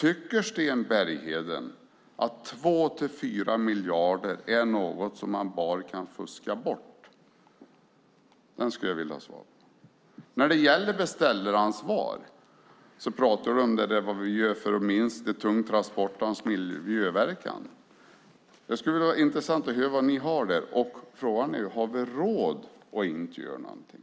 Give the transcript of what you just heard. Tycker Sten Bergheden att 2-4 miljarder är något som bara kan fuskas bort? Det skulle jag vilja ha svar på. När det gäller beställaransvaret pratar du om vad ni gör för att minska de tunga transporternas miljöpåverkan. Det skulle vara intressant att höra vad ni har att komma med där. Frågan är: Har vi råd att inte göra någonting?